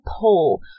pole